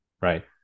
right